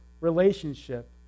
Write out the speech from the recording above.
relationship